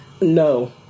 No